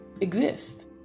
exist